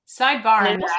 Sidebar